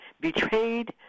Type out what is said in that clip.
betrayed